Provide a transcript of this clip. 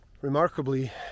Remarkably